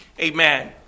Amen